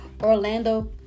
orlando